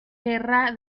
guerra